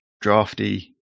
drafty